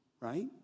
right